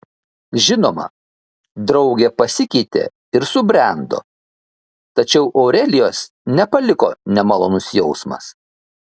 žinoma draugė pasikeitė ir subrendo tačiau aurelijos nepaliko nemalonus jausmas